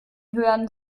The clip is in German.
hören